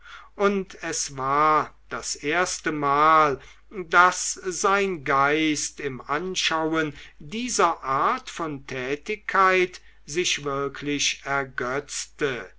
und es war das erste mal daß sein geist im anschauen dieser art von tätigkeit sich wirklich ergötzte